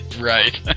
right